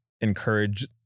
encourage